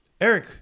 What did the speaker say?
Eric